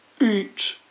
Eat